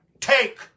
Take